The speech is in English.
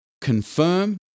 confirm